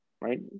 right